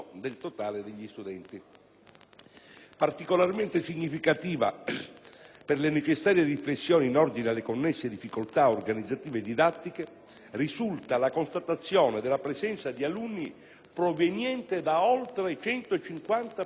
Particolarmente significativa, per le necessarie riflessioni in ordine alle connesse difficoltà organizzative e didattiche, risulta la constatazione della presenza di alunni provenienti da oltre 150 diversi